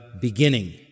beginning